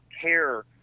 care